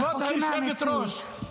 רחוקים מהמציאות.